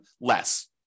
less